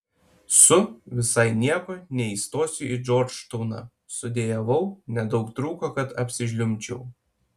su visai nieko neįstosiu į džordžtauną sudejavau nedaug trūko kad apsižliumbčiau